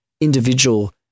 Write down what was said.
individual